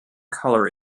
colour